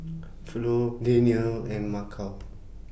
Flo Daniele and Maceo